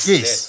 Yes